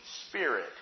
spirit